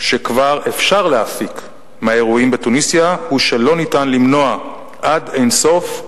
שכבר אפשר להפיק מהאירועים בתוניסיה הוא שלא ניתן למנוע עד אין-סוף,